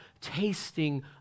tasting